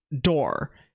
door